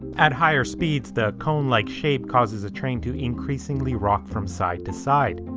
at higher speeds, the cone-like shape causes a train to increasingly rock from side to side.